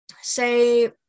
say